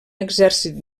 exèrcit